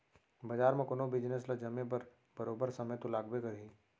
बजार म कोनो बिजनेस ल जमे बर बरोबर समे तो लागबे करही